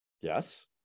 Yes